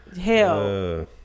hell